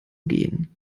gehen